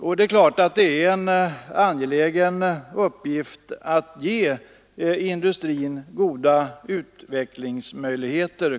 Man framhöll också att det är en angelägen uppgift att ge industrin goda utvecklingsmöjligheter.